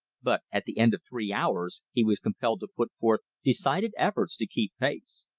but at the end of three hours he was compelled to put forth decided efforts to keep pace.